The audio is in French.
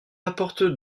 apporte